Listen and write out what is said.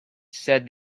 said